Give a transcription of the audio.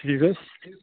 ٹھیٖک حظ